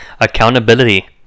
accountability